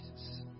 Jesus